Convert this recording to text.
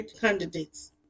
candidates